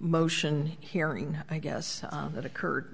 motion hearing i guess that occurred